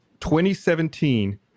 2017